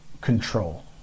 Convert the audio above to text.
control